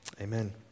Amen